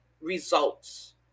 results